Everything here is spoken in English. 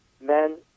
Men